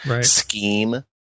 scheme